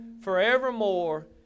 forevermore